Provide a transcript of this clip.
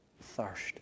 thirst